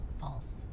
False